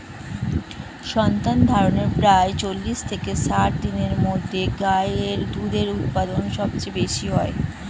সন্তানধারণের প্রায় চল্লিশ থেকে ষাট দিনের মধ্যে গাই এর দুধের উৎপাদন সবচেয়ে বেশী হয়